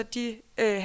de